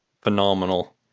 Phenomenal